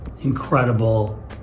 incredible